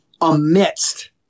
amidst